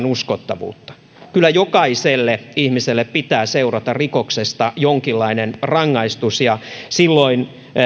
uskottavuutta kyllä jokaiselle ihmiselle pitää seurata rikoksesta jonkinlainen rangaistus ja silloin